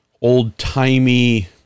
old-timey